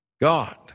God